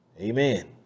Amen